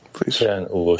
Please